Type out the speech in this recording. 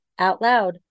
OUTLOUD